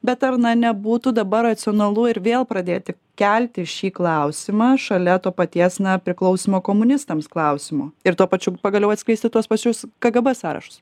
bet ar na nebūtų dabar racionalu ir vėl pradėti kelti šį klausimą šalia to paties na priklausymo komunistams klausimo ir tuo pačiu pagaliau atskleisti tuos pačius kgb sąrašus